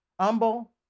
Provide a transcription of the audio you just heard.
humble